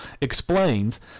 explains